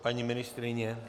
Paní ministryně?